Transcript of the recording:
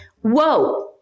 whoa